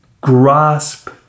grasp